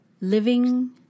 living